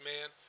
man